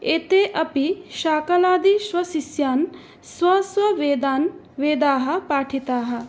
एते अपि शाकलादिस्वशिष्यान् स्वस्ववेदान् वेदाः पाठिताः